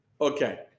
okay